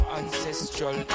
ancestral